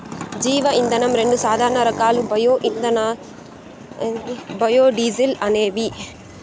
జీవ ఇంధనం రెండు సాధారణ రకాలు బయో ఇథనాల్, బయోడీజల్ అనేవి